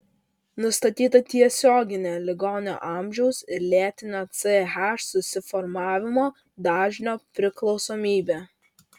nustatyta tiesioginė ligonio amžiaus ir lėtinio ch susiformavimo dažnio priklausomybė